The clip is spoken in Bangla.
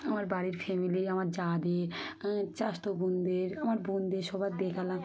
আমার বাড়ির ফ্যামিলি আমার জাদের আমার চাচাতো বোনদের আমার বোনদের সবার দেখালাম